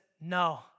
no